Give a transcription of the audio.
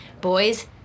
Boys